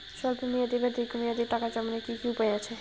স্বল্প মেয়াদি বা দীর্ঘ মেয়াদি টাকা জমানোর কি কি উপায় আছে?